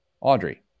Audrey